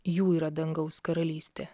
jų yra dangaus karalystė